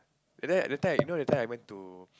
and then at that time you know I went to